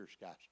guys